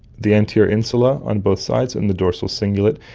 the anterior insula on both sides, and the dorsal cingulate,